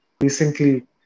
Recently